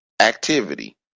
activity